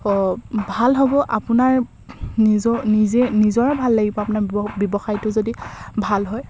ভাল হ'ব আপোনাৰ নিজৰ নিজে নিজৰে ভাল লাগিব আপোনাৰ ব্যৱসায়টো যদি ভাল হয়